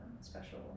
special